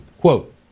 Quote